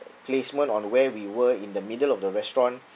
placement on where we were in the middle of the restaurant